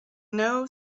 know